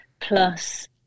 plus